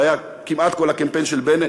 שהיה כמעט כל הקמפיין של בנט.